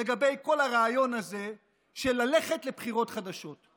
לגבי כל הרעיון הזה של ללכת לבחירות חדשות.